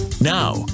Now